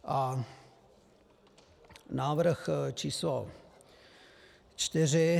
A návrh číslo čtyři.